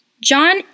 John